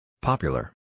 Popular